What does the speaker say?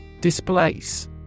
Displace